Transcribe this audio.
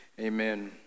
amen